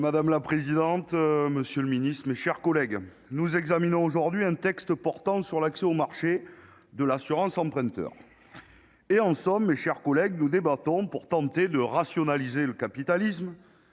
Madame la présidente, monsieur le ministre, mes chers collègues, nous examinons un texte qui porte sur l'accès au marché de l'assurance emprunteur. En somme, mes chers collègues, nous débattons pour tenter de rationaliser le capitalisme,